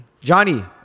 Johnny